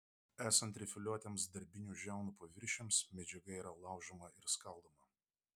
esant rifliuotiems darbinių žiaunų paviršiams medžiaga yra laužoma ir skaldoma